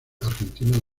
argentino